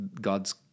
God's